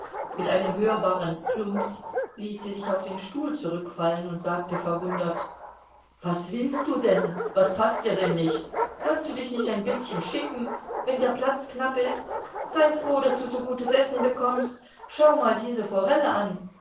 mit einem hörbaren plumps ließ sie sich auf den stuhl zurückfallen und sagte verwundert was willst du denn was paßt dir denn nicht kannst du dich nicht ein bißchen schicken wenn der platz knapp ist sei froh daß du so gutes essen bekommst schau mal diese forelle an